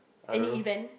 any event